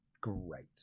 Great